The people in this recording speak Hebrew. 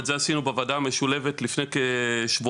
את זה עשינו בוועדה המשולבת לפני כשבועיים